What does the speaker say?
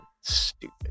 stupid